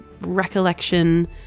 recollection